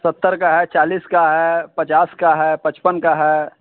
सत्तर का है चालीस का है पचास का है पचपन का है